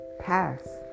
pass